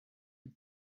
you